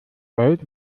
gold